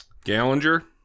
Gallinger